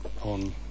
on